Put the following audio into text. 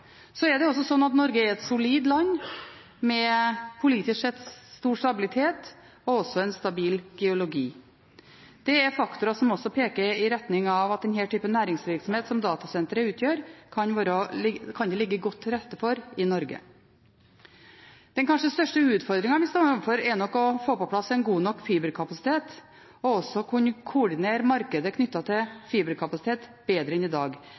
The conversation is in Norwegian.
er også slik at Norge er et solid land med politisk sett god stabilitet og også en stabil geologi. Det er faktorer som også peker i retning av at den typen næringsvirksomhet som datasentre utgjør, kan det ligge godt til rette for i Norge. Den kanskje største utfordringen vi står overfor, er nok å få på plass en god fiberkapasitet og også kunne koordinere markedet knyttet til fiberkapasitet bedre enn i dag.